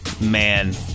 man